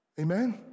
Amen